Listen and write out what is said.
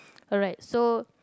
alright so